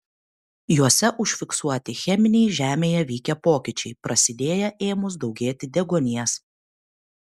juose užfiksuoti cheminiai žemėje vykę pokyčiai prasidėję ėmus daugėti deguonies